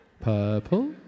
Purple